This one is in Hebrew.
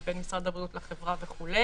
ובין משרד הבריאות לחברה וכו',